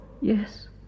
Yes